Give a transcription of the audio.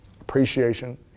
Appreciation